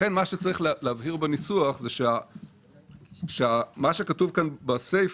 לכן מה שצריך להבהיר בניסוח זה שמה שכתוב כאן בסיפה,